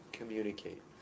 communicate